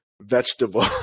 vegetable